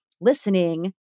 listening